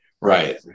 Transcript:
Right